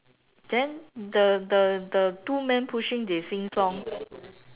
then the the the two men pushing they sing song